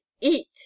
eat